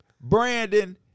Brandon